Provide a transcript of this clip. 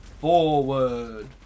forward